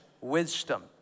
wisdom